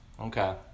Okay